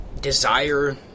desire